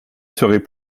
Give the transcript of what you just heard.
serait